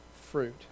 fruit